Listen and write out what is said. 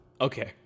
Okay